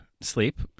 Sleep